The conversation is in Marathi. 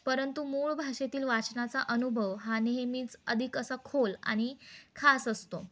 परंतु मूळ भाषेतील वाचनाचा अनुभव हा नेहमीच अधिक असा खोल आणि खास असतो